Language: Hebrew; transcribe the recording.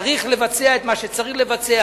וצריך לבצע את מה שצריך לבצע,